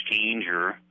exchanger